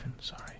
Sorry